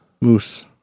Moose